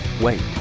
Wait